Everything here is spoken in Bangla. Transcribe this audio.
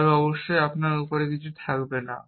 তবে অবশ্যই এর উপরে কিছুই থাকবে না